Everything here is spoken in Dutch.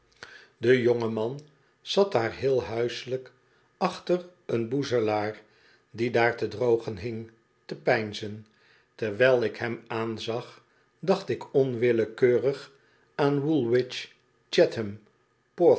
de jonge man zat daar heel huiselijk achter een boezelaar die daar te drogen hing te peinzen terwijl ik hem aanzag dacht ik onwillekeurig aan w